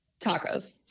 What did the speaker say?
Tacos